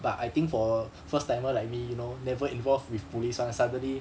but I think for first timer like me you know never involved with police [one] suddenly